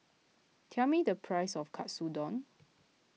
tell me the price of Katsudon